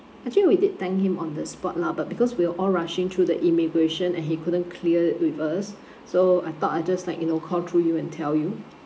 actually we did thank him on the spot lah but because we were all rushing through the immigration and he couldn't clear it with us so I thought I'd just like you know call through you and tell you